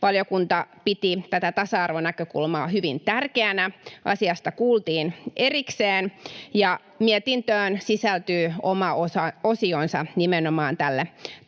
Valiokunta piti tätä tasa-arvonäkökulmaa hyvin tärkeänä. Asiasta kuultiin erikseen, ja mietintöön sisältyy oma osionsa nimenomaan tälle tasa-arvonäkökulmalle.